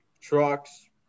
trucks